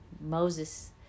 Moses